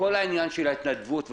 כל עניין ההתנדבות והמחויבות.